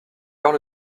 heure